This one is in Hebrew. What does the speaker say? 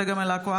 צגה מלקו,